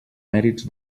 mèrits